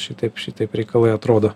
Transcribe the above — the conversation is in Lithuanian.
šitaip šitaip reikalai atrodo